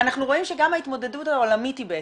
אנחנו רואים שגם ההתמודדות העולמית היא בהתאם,